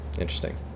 Interesting